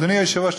אדוני היושב-ראש,